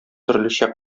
төрлечә